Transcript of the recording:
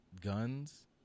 guns